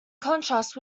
contrast